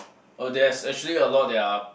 oh there's actually a lot their